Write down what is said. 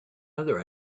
other